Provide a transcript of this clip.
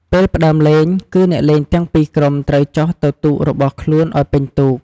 ពេលផ្តើមលេងគឺ អ្នកលេងទាំងពីរក្រុម ត្រូវចុះទៅទូករបស់ខ្លួនឲ្យពេញទូក ។